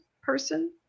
Person